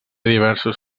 diversos